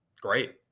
great